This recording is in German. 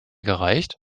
gereicht